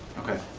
okay,